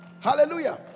Hallelujah